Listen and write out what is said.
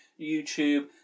YouTube